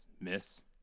miss